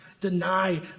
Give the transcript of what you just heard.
deny